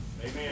Amen